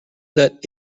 that